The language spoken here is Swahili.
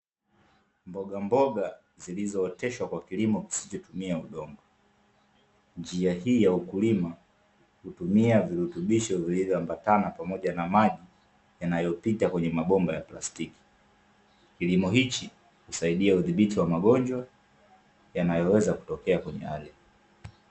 Mbogamboga zilizooteshwa kwa kilimo kisichotumia udongo, njia hii ya ukulima hutumia virutubisho vilivyoambatana pamoja na maji yanayopita kwenye mabomba ya plastiki, kilimo hichi husaidia udhibiti wa magonjwa yanayoweza kutokea kwenye ardhi.